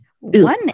one